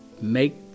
Make